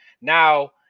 now